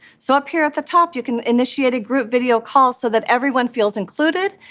so up here at the top, you can initiate a group video call so that everyone feels included,